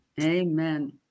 Amen